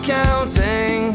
counting